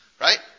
Right